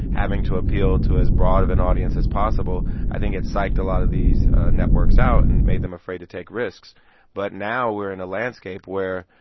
having to appeal to as broad of an audience as possible, i think it psyched a lot of these networks out and made them afraid to take risks but now we're in a landscape where,